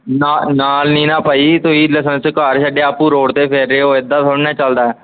ਨਾ ਨਾਲ ਨਹੀਂ ਨਾ ਭਾਅ ਜੀ ਤੁਸੀਂ ਲਾਇਸੈਂਸ ਘਰ ਛੱਡਿਆ ਆਪ ਰੋਡ 'ਤੇ ਫਿਰ ਰਹੇ ਹੋ ਇੱਦਾਂ ਥੋੜ੍ਹੀ ਨਾ ਚਲਦਾ